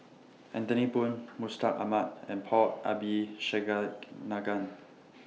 Anthony Poon Mustaq Ahmad and Paul